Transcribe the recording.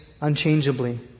unchangeably